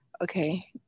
Okay